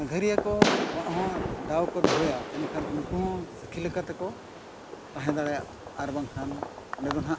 ᱥᱟᱸᱜᱷᱟᱨᱤᱭᱟᱹ ᱠᱚᱣᱟᱜ ᱦᱚᱸ ᱫᱟᱣ ᱠᱚ ᱫᱚᱦᱚᱭᱟ ᱮᱱᱠᱷᱟᱱ ᱩᱱᱠᱩ ᱦᱚᱸ ᱥᱟᱹᱠᱷᱤ ᱞᱮᱠᱟ ᱛᱮᱠᱚ ᱛᱟᱦᱮᱸ ᱫᱟᱲᱮᱭᱟᱜᱼᱟ ᱟᱨ ᱵᱟᱝᱠᱷᱟᱱ ᱚᱸᱰᱮ ᱫᱚ ᱦᱟᱸᱜ